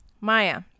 maya